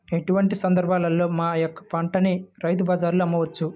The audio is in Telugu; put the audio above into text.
ఎటువంటి సందర్బాలలో మా యొక్క పంటని రైతు బజార్లలో అమ్మవచ్చు?